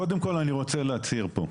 קודם כול, אני רוצה להצהיר פה: